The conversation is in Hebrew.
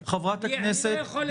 בערכיו.